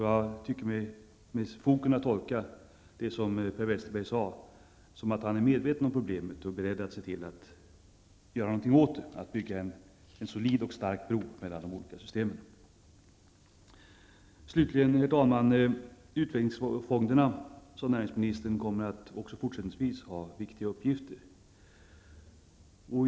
Jag tycker att jag med fog kan tolka Per Westerbergs uttalanden som att han är medveten om problemet och beredd att göra någonting åt det, att bygga en solid och stark bro mellan de olika systemen. Slutligen herr talman! Näringsministern sade att utvecklingsfonderna även i fortsättningen kommer att ha viktiga uppgifter.